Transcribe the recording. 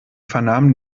vernahmen